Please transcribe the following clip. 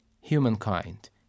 humankind